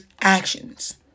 actions